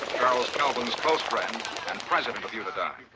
charles calvin's close friend and president of unidyne.